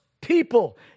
people